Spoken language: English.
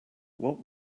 what